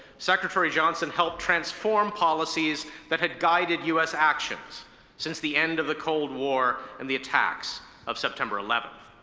secretary johnson helped transform policies that had guided us actions since the end of the cold war and the attacks of september eleventh.